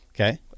okay